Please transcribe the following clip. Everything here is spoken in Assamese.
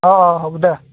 অঁ অঁ হ'ব দে